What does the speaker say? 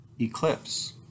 eclipse